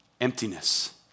Emptiness